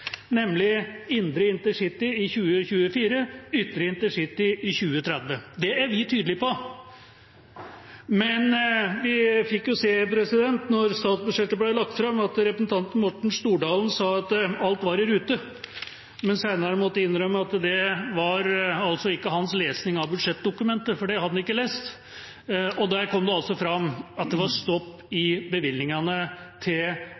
nemlig indre intercity i 2024 og ytre intercity i 2030. Det er vi tydelig på. Da statsbudsjettet ble lagt fram, sa representanten Morten Stordalen at alt var i rute, men måtte senere innrømme at dette ikke var hans lesning av budsjettdokumentet, for det hadde han ikke lest. Der kom det altså fram at det var stopp i bevilgningene til